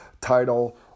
title